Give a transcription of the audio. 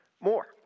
More